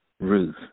Ruth